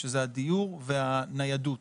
שזה הדיור והניידות,